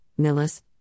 Millis